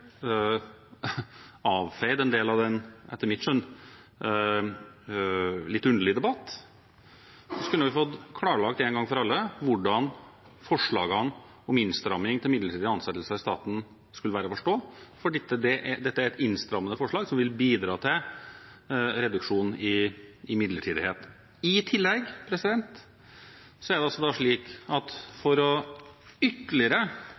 avfeid en del av den etter mitt skjønn litt underlige debatten. Så kunne vi fått klarlagt en gang for alle hvordan forslagene om innstramming av midlertidige ansettelser i staten skulle være å forstå, for dette er et innstrammende forslag, som vil bidra til reduksjon i midlertidighet. I tillegg er det slik at for ytterligere